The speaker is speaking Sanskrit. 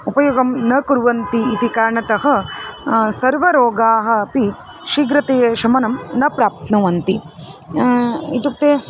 उपयोगं न कुर्वन्ति इति कारणतः सर्वाः रोगाः अपि शीघ्रतया शमनं न प्राप्नुवन्ति इत्युक्ते